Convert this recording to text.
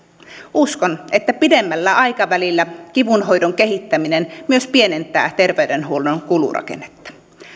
uskon että pidemmällä aikavälillä kivunhoidon kehittäminen myös pienentää terveydenhuollon kulurakennetta